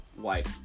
white